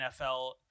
NFL